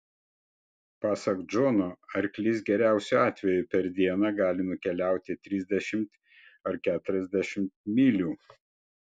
pasak džono arklys geriausiu atveju per dieną gali nukeliauti trisdešimt ar keturiasdešimt mylių